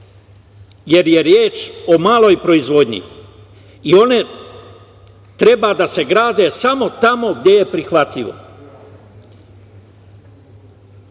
jer je reč o maloj proizvodnji i one treba da se grade samo tamo gde je prihvatljivo.